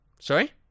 Sorry